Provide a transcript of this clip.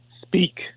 speak